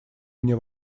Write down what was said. мне